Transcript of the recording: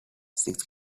six